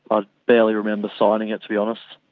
ah barely remember signing it to be honest.